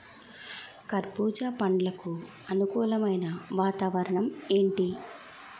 కర్బుజ పండ్లకు అనుకూలమైన వాతావరణం ఏంటి?